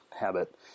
habit